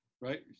right